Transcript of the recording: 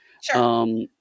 Sure